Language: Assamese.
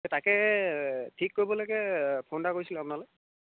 তাকে ঠিক কৰিবলৈকে ফোন এটা কৰিছিলোঁ আপোনালৈ